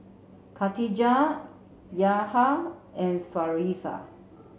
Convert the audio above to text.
Khatijah Yahya and Firash